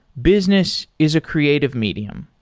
business is a creative medium,